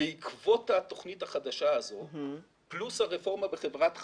בעקבות התוכנית החדשה הזו פלוס הרפורמה בחברת חשמל,